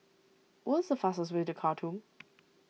what is the fastest way to Khartoum